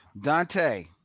Dante